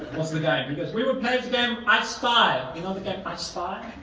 what's the game? he goes, we will play the game i spy you know the game i spy?